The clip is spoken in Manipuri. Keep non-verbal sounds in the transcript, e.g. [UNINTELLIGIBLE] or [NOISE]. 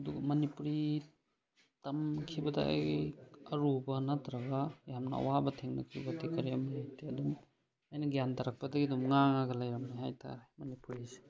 ꯑꯗꯨꯒ ꯃꯅꯤꯄꯨꯔꯤ ꯇꯝꯈꯤꯕꯗ ꯑꯩ ꯑꯔꯨꯕ ꯅꯠꯇ꯭ꯔꯒ ꯌꯥꯝꯅ ꯑꯋꯥꯕ ꯊꯦꯡꯅꯈꯤꯕ [UNINTELLIGIBLE] ꯑꯗꯨꯝ ꯑꯩꯅ ꯒ꯭ꯌꯥꯟ ꯇꯥꯔꯛꯄꯗꯒꯤ ꯑꯗꯨꯝ ꯉꯥꯡꯉꯒ ꯂꯩꯔꯝꯃꯦ ꯍꯥꯏꯇꯔꯦ ꯃꯅꯤꯄꯨꯔꯤꯁꯦ